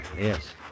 yes